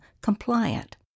compliant